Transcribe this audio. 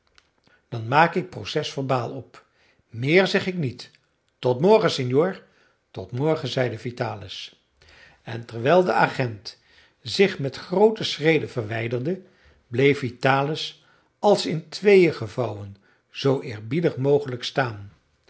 dan maak ik proces-verbaal op meer zeg ik niet tot morgen signor tot morgen zeide vitalis en terwijl de agent zich met groote schreden verwijderde bleef vitalis als in tweeën gevouwen zoo eerbiedig mogelijk staan